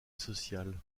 sociale